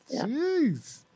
Jeez